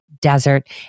desert